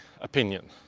opinion